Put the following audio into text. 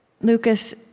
Lucas